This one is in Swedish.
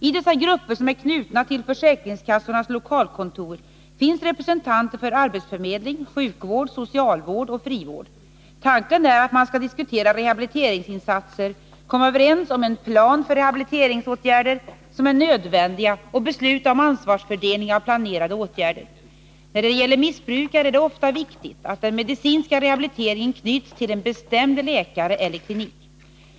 I dessa grupper, som är knutna till försäkringskassornas lokalkontor, finns representanter för arbetsförmedling, sjukvård, socialvård och frivård. Tanken är att man skall diskutera rehabiliteringsinsatser, komma överens om en plan för rehabiliteringsåtgärder som är nödvändiga och besluta om fördelningen av ansvaret för planerade åtgärder. När det gäller missbrukare är det ofta viktigt att den medicinska rehabiliteringen knyts till en bestämd läkare eller klinik.